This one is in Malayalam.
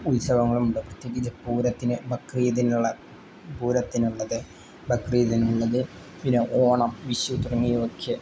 ഉത്സവങ്ങളുമുണ്ട് പ്രത്യേകിച്ച് പൂരത്തിന് ബക്രീദിനുള്ള പൂരത്തിനുള്ളത് ബക്രീദിനുള്ളത് പിന്നെ ഓണം വിഷു തുടങ്ങിയ ഒക്കെ